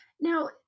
Now